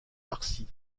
parsi